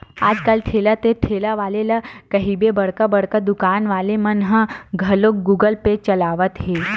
आज कल ठेला ते ठेला वाले ला कहिबे बड़का बड़का दुकान वाले मन ह घलोक गुगल पे चलावत हे